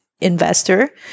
investor